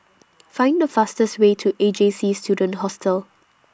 Find The fastest Way to A J C Student Hostel